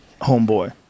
homeboy